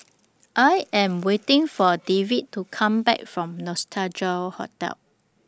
I Am waiting For David to Come Back from Nostalgia Hotel